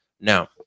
Now